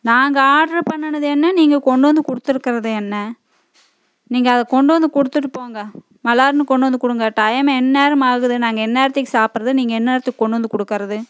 நாங்கள் ஆர்டர் பண்ணது என்ன நீங்கள் கொண்டு வந்து கொடுத்துருக்குறது என்ன நீங்கள் அதை கொண்டு வந்து கொடுத்துட்டு போங்க மளார்னு கொண்டு வந்து கொடுங்க டைம் எந்நேரம் ஆகுது நாங்கள் எந்நேரத்துக்கு சாப்பிடுறது நீங்க எந்நேரத்துக்கு கொண்டு வந்து கொடுக்குறது